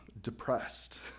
depressed